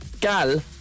gal